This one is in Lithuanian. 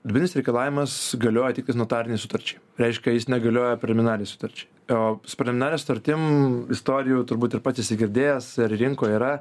dvidis reikalavimas galioja tik is notarinei sutarčiai reiškia jis negalioja preliminariai sutarčiai o su preliminaria sutartim istorijų turbūt ir pats esi girdėjęs ir rinkoj yra